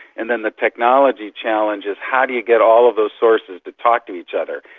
and then the technology challenge is how do you get all of those sources to talk to each other,